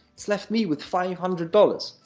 it's left me with five hundred dollars.